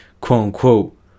quote-unquote